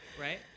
right